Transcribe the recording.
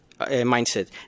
mindset